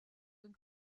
den